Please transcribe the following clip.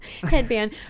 headband